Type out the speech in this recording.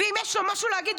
ואם יש לו משהו להגיד,